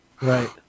Right